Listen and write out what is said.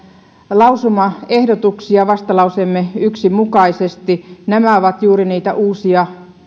lausumaehdotuksia vastalauseemme yksi mukaisesti nämä ovat juuri niitä uusia